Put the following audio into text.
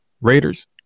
Raiders